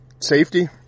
safety